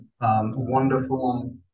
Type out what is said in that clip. wonderful